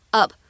up